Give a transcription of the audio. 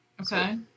Okay